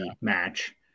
match